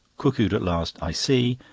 cuckooed at last i see,